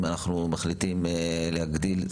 אם אנחנו מחליטים להגדיל,